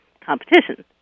competition